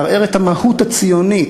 לערער את המהות הציונית,